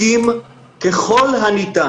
הכל.